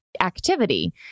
activity